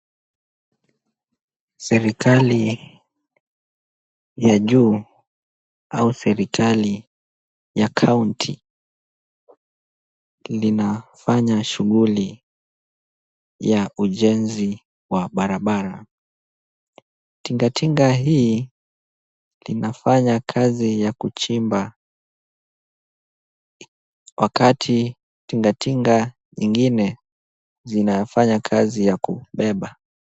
Serikali ya juu au serikali ya kaunti linafanya shughuli ya ujenzi wa barabara. Tingatinga hii inafanya kazi ya kuchimba wakati tingatinga zingine zinafanya kazi ya kubeba.